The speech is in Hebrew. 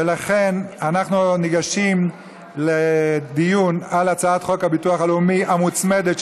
ולכן אנחנו ניגשים לדיון על הצעת חוק הביטוח הלאומי המוצמדת,